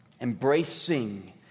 embracing